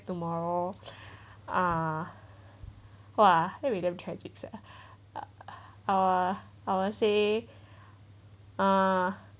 tomorrow uh !wah! that would be damn tragic sia uh I would say uh